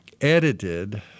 edited